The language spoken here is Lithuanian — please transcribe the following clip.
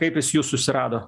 kaip jis jus susirado